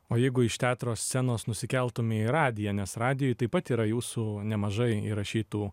o jeigu iš teatro scenos nusikeltume į radiją nes radijuj taip pat yra jūsų nemažai įrašytų